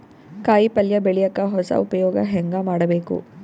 ಕಾಯಿ ಪಲ್ಯ ಬೆಳಿಯಕ ಹೊಸ ಉಪಯೊಗ ಹೆಂಗ ಮಾಡಬೇಕು?